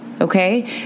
Okay